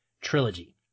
trilogy